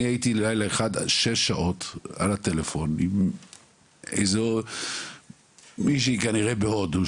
הייתי לילה אחד שש שעות על הטלפון עם איזו מישהו כנראה בהודו,